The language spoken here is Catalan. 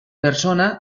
persona